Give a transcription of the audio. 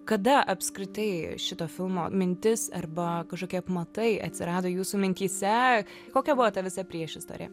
kada apskritai šito filmo mintis arba kažkokie apmatai atsirado jūsų mintyse kokia buvo ta visa priešistorė